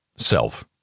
self